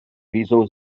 wieso